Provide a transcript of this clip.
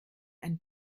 einen